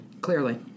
clearly